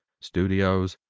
studios,